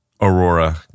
Aurora